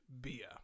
Beer